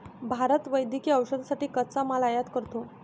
भारत वैद्यकीय औषधांसाठी कच्चा माल आयात करतो